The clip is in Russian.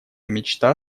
мечта